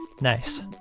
Nice